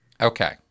Okay